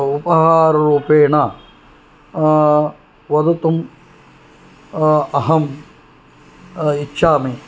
उपहाररूपेण वक्तुम् अहम् इच्छामि